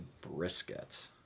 brisket